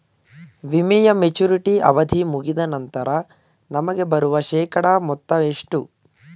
ವಿಮೆಯ ಮೆಚುರಿಟಿ ಅವಧಿ ಮುಗಿದ ನಂತರ ನಮಗೆ ಬರುವ ಶೇಕಡಾ ಮೊತ್ತ ಎಷ್ಟು?